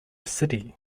city